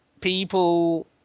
people